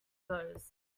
pose